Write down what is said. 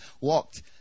walked